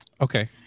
Okay